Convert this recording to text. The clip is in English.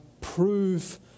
prove